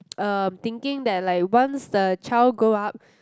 um thinking that like once the child grow up